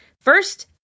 First